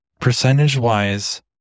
percentage-wise